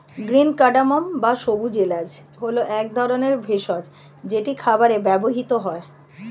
green cardamom বা সবুজ এলাচ হল এক ধরনের ভেষজ যেটি খাবারে ব্যবহৃত হয়